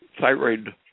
thyroid